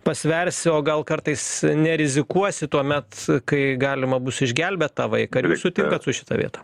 pasversi o gal kartais nerizikuosi tuomet kai galima bus išgelbėt tą vaiką ar jūs sutinkate su šita vieta